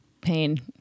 pain